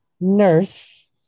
nurse